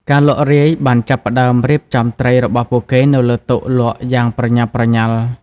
អ្នកលក់រាយ បានចាប់ផ្តើមរៀបចំត្រីរបស់ពួកគេនៅលើតុលក់យ៉ាងប្រញាប់ប្រញាល់។